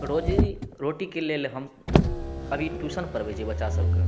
रोजी रोटीके लेल हम अभी ट्यूशन पढ़बै छी बच्चा सबके